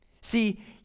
See